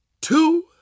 two